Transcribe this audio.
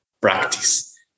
practice